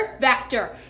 vector